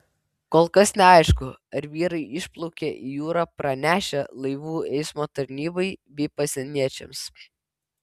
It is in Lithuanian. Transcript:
kol kas neaišku ar vyrai išplaukė į jūrą pranešę laivų eismo tarnybai bei pasieniečiams